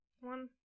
one